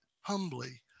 humbly